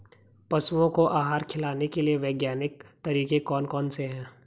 पशुओं को आहार खिलाने के लिए वैज्ञानिक तरीके कौन कौन से हैं?